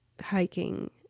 hiking